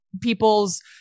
people's